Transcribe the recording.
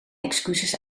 excuses